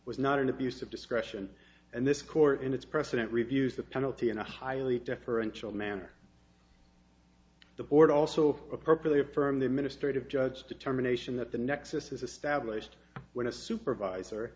was not an abuse of discretion and this court in its precedent reviews the penalty in a highly deferential manner the board also appropriately affirm the administrative judge determination that the nexus is established when a supervisor